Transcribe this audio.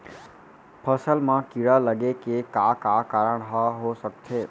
फसल म कीड़ा लगे के का का कारण ह हो सकथे?